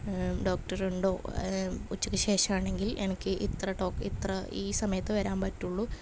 ഡോക്ടറുണ്ടോ ഉച്ചക്ക് ശേഷാണെങ്കിൽ എനിക്ക് ഇത്ര ഈ സമയത്ത് വരാൻ പറ്റുള്ളു